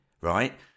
right